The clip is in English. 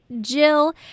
Jill